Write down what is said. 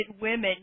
women